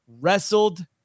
Wrestled